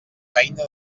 feina